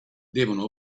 devono